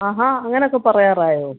ആഹാ അങ്ങനെയൊക്കെ പറയാറായോ